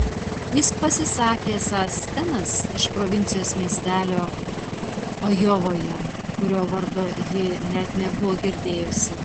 jis pasisakė esąs stenas iš provincijos miestelio ajovoje kurio vardo ji net nebuvo girdėjusi